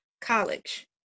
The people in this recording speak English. college